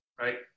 right